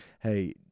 hey